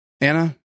Anna